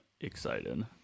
excited